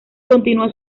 continuó